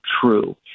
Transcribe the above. true